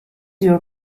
your